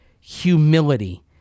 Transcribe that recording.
humility